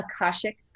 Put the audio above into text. Akashic